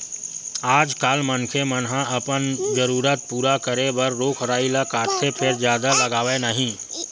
आजकाल मनखे मन ह अपने जरूरत पूरा करे बर रूख राई ल काटथे फेर जादा लगावय नहि